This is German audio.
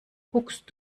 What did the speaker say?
guckst